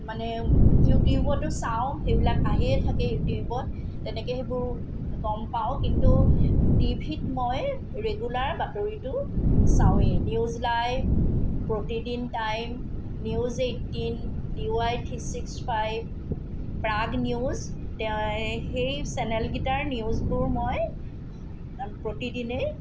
মানে ইউটিউবটো চাওঁ সেইবিলাক আহিয়ে থাকে ইউটিউবত তেনেকৈ সেইবোৰ গম পাওঁ কিন্তু টিভিত মই ৰেগুলাৰ বাতৰিটো চাওঁৱেই News Live Pratidin Time News eighteen D Y three six five Prag News সেই চেনেলকেইটাৰ নিউজবোৰ মই প্ৰতিদিনেই